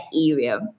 area